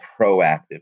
proactive